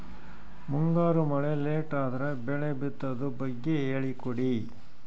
ಮುಂಗಾರು ಮಳೆ ಲೇಟ್ ಅದರ ಬೆಳೆ ಬಿತದು ಬಗ್ಗೆ ಹೇಳಿ ಕೊಡಿ?